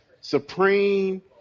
supreme